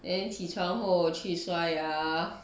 then 起床后去刷牙